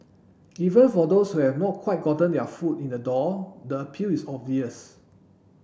even for those who have not quite gotten their foot in the door the appeal is obvious